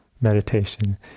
meditation